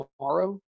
tomorrow